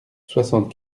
soixante